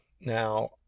Now